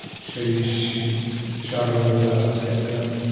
so yeah she shot her with a zip gun.